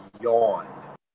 yawn